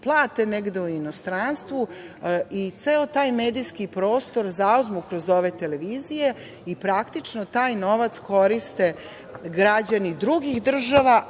plate negde u inostranstvu i ceo taj medijski prostor zauzmu kroz ove televizije i praktično taj novac koriste građani drugih država,